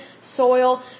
soil